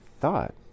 thought